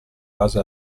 base